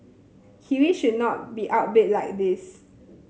kiwis should not be outbid like this